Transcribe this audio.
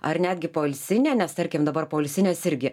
ar netgi poilsinė nes tarkim dabar poilsinės irgi